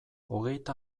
hogeita